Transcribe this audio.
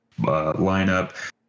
lineup